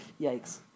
yikes